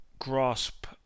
Grasp